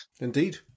Indeed